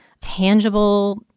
tangible